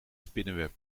spinnenweb